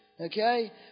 Okay